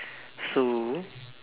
so